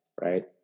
Right